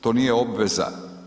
To nije obveza.